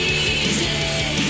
easy